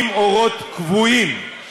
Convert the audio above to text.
אך ורק כדי למנוע